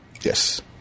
Yes